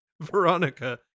Veronica